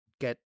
get